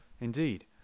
Indeed